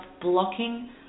blocking